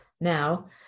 Now